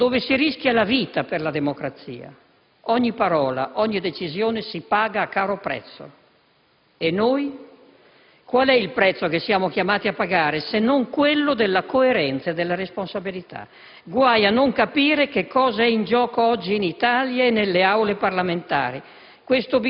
dove si rischia la vita per la democrazia, ogni parola, ogni decisione si paga a caro prezzo. Qual è il prezzo che noi siamo chiamati a pagare, se non quello della coerenza e della responsabilità? Guai a non capire che cosa è in gioco oggi in Italia e nelle Aule parlamentari.